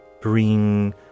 bring